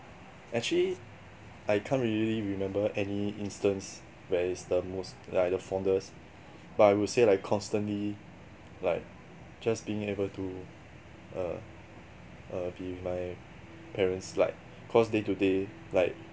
actually I can't really remember any instance where is the most like the fondest but I would say like constantly like just being able to uh uh be with my parents like cause day to day like